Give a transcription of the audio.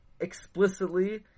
explicitly